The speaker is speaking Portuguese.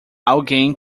alguém